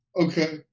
okay